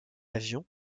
avion